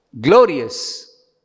glorious